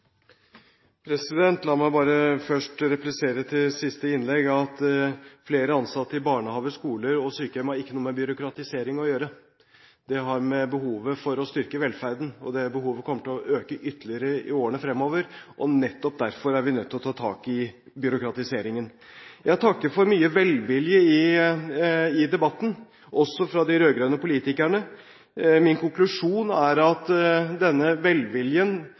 La meg bare først replisere til siste innlegg at flere ansatte i barnehager, skoler og sykehjem ikke har noe med byråkratisering å gjøre. Det har med behovet for å styrke velferden å gjøre. Det behovet kommer til å øke ytterligere i årene fremover, og nettopp derfor er vi nødt til å ta tak i byråkratiseringen. Jeg takker for mye velvilje i debatten, også fra de rød-grønne politikerne. Min konklusjon er at denne velviljen